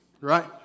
Right